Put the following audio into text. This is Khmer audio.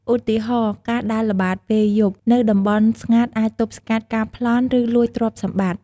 ឧទាហរណ៍ ការដើរល្បាតពេលយប់នៅតំបន់ស្ងាត់អាចទប់ស្កាត់ការប្លន់ ឬលួចទ្រព្យសម្បត្តិ។